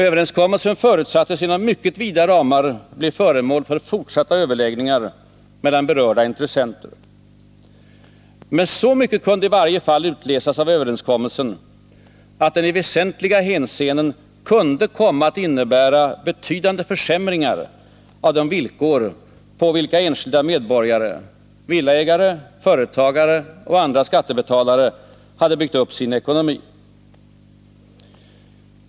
Överenskommelsen förutsattes inom mycket vida ramar bli föremål för fortsatta överläggningar mellan berörda intressenter. Men så mycket kunde i varje fall utläsas av överenskommelsen att den i väsentliga hänseenden kunde komma att innebära betydande försämringar av de villkor på vilka enskilda medborgare — villaägare, företagare och andra skattebetalare — hade byggt upp sin ekonomi.